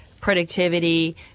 productivity